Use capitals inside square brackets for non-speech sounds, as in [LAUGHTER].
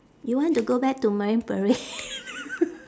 you want to go back to marine para~ [LAUGHS]